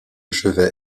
chevet